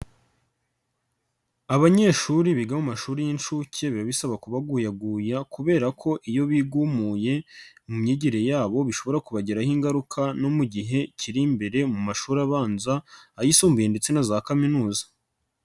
Abanyeshuri biga mu mashuri y'inshuke biba bisaba kubaguyaguya, kubera ko iyo bigumuye mu myigire yabo bishobora kubagiraho ingaruka no mu gihe kiri imbere mu mashuri abanza, ayisumbuye ndetse na za kaminuza.